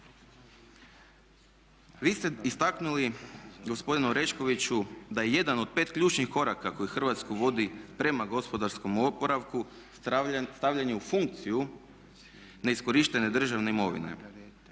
Vi ste istaknuli gospodine Oreškoviću da je jedan od 5 ključnih koraka koje Hrvatsku vodi prema gospodarskom oporavku stavljanje u funkciju neiskorištene državne imovine.